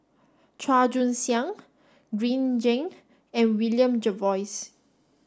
Chua Joon Siang Green Zeng and William Jervois